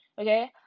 Okay